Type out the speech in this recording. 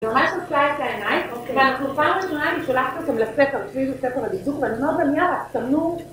זה ממש פוצע את העיניים, ואנחנו פעם ראשונה אני שולחת אתכם לספר, פשוט איזה ספר על דקדוק, ואני אומרת לכן, יאללה סמנו...